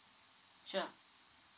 sure